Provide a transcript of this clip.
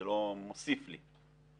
זה לא מוסיף לי.